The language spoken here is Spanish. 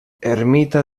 ermita